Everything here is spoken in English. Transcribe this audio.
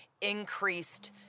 increased